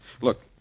Look